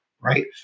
right